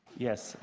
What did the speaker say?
yes.